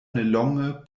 nelonge